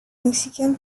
mexicain